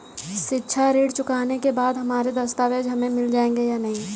शिक्षा ऋण चुकाने के बाद हमारे दस्तावेज हमें मिल जाएंगे या नहीं?